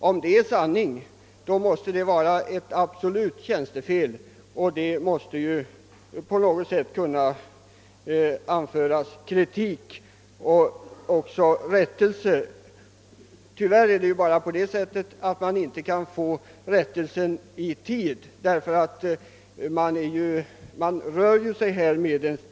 Om så är fallet måste tjänstefel föreligga och kritik kunna anföras för att få rättelse. Tyvärr är det på grund av tidsfaktorn inte möjligt att få rättelsen i tid för den demonstration det gäller.